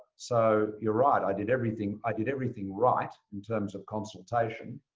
so you're right, i did everything i did everything right in terms of consultation.